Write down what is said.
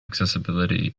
accessibility